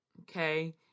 okay